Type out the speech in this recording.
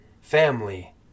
family